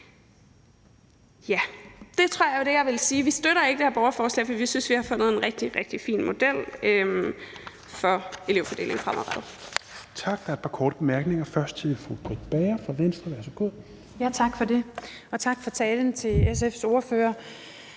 før. Det tror jeg var det, jeg ville sige. Vi støtter ikke det her borgerforslag, for vi synes, vi har fundet en rigtig, rigtig fin model for elevfordelingen fremadrettet.